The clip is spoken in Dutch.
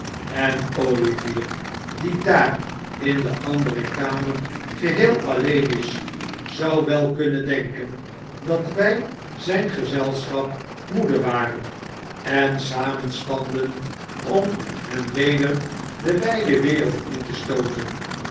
en olivier die daar in de andere kamer geheel alleen is zou wel kunnen denken dat wij zijn gezelschap moede waren en samenspanden om hem weder de wijde wereld in te stooten